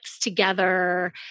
together